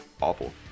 awful